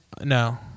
No